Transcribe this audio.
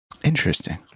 interesting